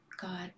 God